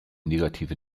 negative